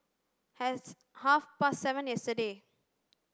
half past seven yesterday